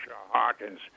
hawkins